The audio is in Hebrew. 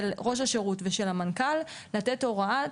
של ראש השירות ושל המנכ"ל לתת הוראה,